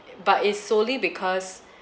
but it's solely because